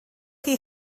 chi